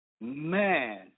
Man